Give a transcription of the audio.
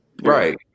Right